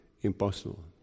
Impossible